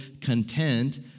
content